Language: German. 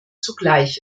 zugleich